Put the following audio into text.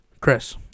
Chris